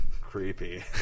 creepy